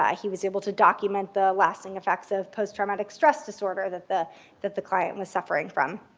um he was able to document the lasting effects of post-traumatic stress disorder that the that the client was suffering from.